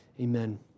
Amen